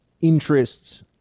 interests